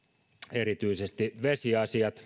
erityisesti vesiasiat